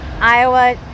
Iowa